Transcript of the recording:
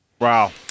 Wow